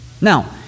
Now